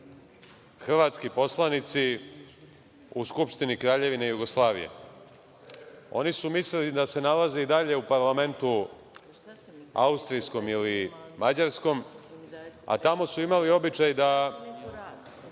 hrvatski poslanici u Skupštini Kraljevine Jugoslavije. Oni su mislili da se nalaze i dalje u parlamentu austrijskom ili mađarskom, a tamo su imali običaj da